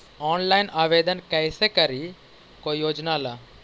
Online आवेदन कैसे करी कोई योजना ला?